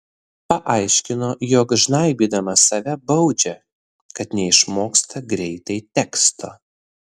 paaiškino jog žnaibydama save baudžia kad neišmoksta greitai teksto